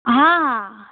हां हां